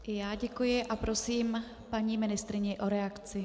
I já děkuji a prosím paní ministryni o reakci.